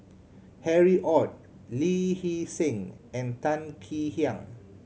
Harry Ord Lee Hee Seng and Tan Kek Hiang